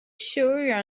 sure